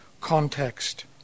context